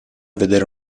vedere